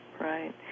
right